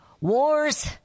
wars